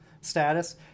status